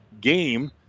game